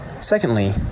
Secondly